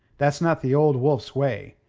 that's not the old wolf's way.